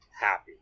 happy